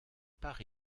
par